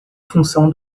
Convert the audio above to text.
função